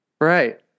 Right